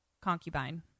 concubine